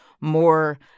more